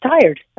tired